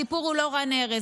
הסיפור הוא לא רן ארז.